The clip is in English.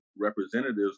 representatives